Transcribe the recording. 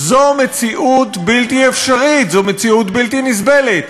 זו מציאות בלתי אפשרית, זו מציאות בלתי נסבלת.